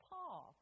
Paul